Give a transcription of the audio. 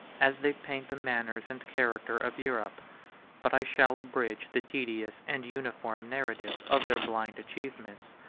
as they paint the manners and character of europe but i shall abridge the tedious and uniform narrative of their blind achievements,